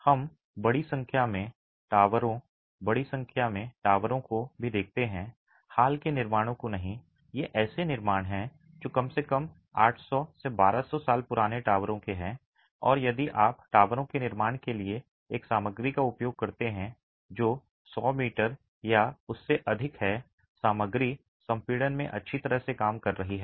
हम बड़ी संख्या में टावरों बड़ी संख्या में टावरों को भी देखते हैं हाल के निर्माणों को नहीं ये ऐसे निर्माण हैं जो कम से कम 800 से 1200 साल पुराने टावरों के हैं और यदि आप टावरों के निर्माण के लिए एक सामग्री का उपयोग करते हैं जो 100 मीटर या उससे अधिक है सामग्री संपीड़न में अच्छी तरह से काम कर रही है